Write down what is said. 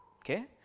Okay